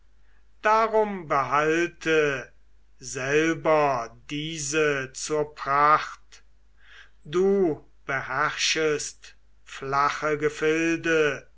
darum behalte selber diese zur pracht du beherrschest flache gefilde